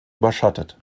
überschattet